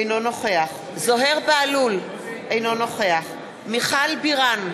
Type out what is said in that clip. אינו נוכח זוהיר בהלול, אינו נוכח מיכל בירן,